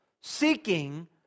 seeking